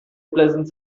pleasant